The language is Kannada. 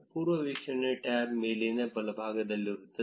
ಪೂರ್ವವೀಕ್ಷಣೆ ಟ್ಯಾಬ್ ಮೇಲಿನ ಬಲಭಾಗದಲ್ಲಿರುತ್ತದೆ